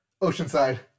Oceanside